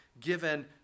given